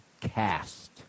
cast